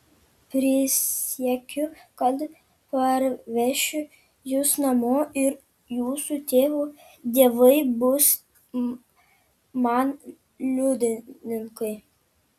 prisiekiu kad parvešiu jus namo ir jūsų tėvo dievai tebus man liudininkai